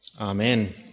amen